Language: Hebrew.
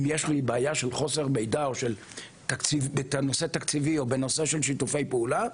אם יש לי בעיה של חוסר מידע בנושא תקציבי או בנושא של שיתופי פעולה,